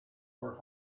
were